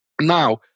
Now